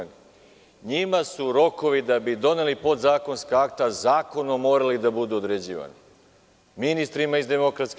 Njima su rokovo da bi doneli podzakonska akta zakonom morali da budu određivani, ministrima iz DS.